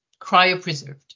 cryopreserved